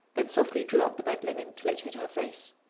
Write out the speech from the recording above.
then softly drew up the bed-linen, till it hid her face.